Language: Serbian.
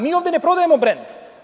Mi ovde ne prodajemo brend.